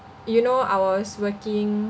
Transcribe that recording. you know I was working